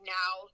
now